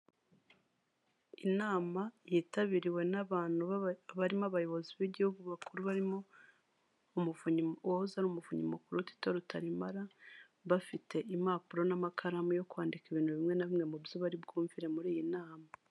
Inama yitabiriwe n'abantu barimo abayobozi b'igihugu bakuru barimo Umuvunyi uwahoza ari Umuvunyi mukuru Tito Rutaremara, bafite impapuro n'amakaramu yo kwandika ibintu bimwe na bimwe mu byo bari bwumvire muri iyi nama.